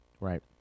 right